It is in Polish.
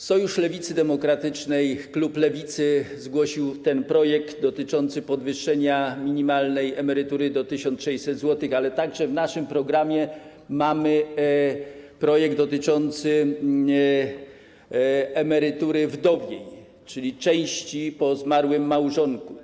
Sojusz Lewicy Demokratycznej, klub Lewicy zgłosił ten projekt dotyczący podwyższenia minimalnej emerytury do 1600 zł, ale mamy w naszym programie także projekt dotyczący emerytury wdowiej, czyli części po zmarłym małżonku.